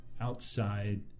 outside